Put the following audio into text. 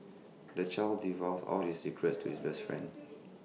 the child divulged all his secrets to his best friend